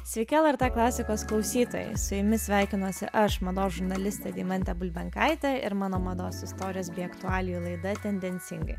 sveiki lrt klasikos klausytojai su jumis sveikinasi aš mados žurnalistė deimantė bulbenkaitė ir mano mados istorijos bei aktualijų laida tendencingai